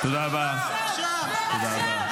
עכשיו,